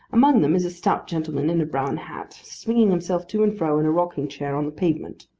among them, is a stout gentleman in a brown hat, swinging himself to and fro in a rocking-chair on the pavement.